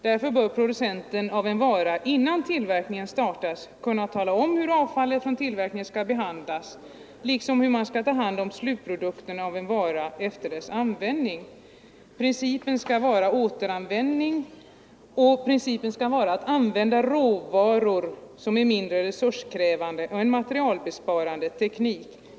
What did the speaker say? Därför bör producenten av en vara innan tillverkning startas kunna tala om hur avfallet från tillverkningen skall behandlas liksom hur man skall ta hand om slutprodukten av en vara efter dess användning. Principen skall vara återanvändning. Vidare skall man bygga på råvaror som är mindre resurskrävande och tillämpa en materialbesparande teknik.